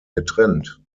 getrennt